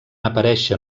aparèixer